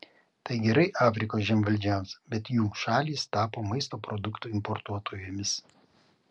tai gerai afrikos žemvaldžiams bet jų šalys tapo maisto produktų importuotojomis